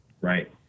right